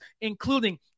including